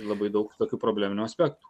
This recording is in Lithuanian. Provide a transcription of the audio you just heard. labai daug tokių probleminių aspektų